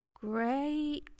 Great